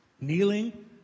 Kneeling